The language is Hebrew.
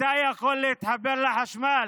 אתה יכול להתחבר לחשמל